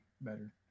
better